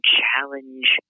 challenge